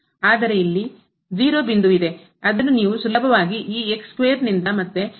ಆದರೆ ಇಲ್ಲಿ 0 ಬಿಂದುವಿದೆ ಅದನ್ನು ನೀವು ಸುಲಭವಾಗಿ ಈ ನಿಂದ ಮತ್ತೆ ಲೆಕ್ಕಾಚಾರ ಮಾಡಬಹುದು